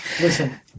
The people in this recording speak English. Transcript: Listen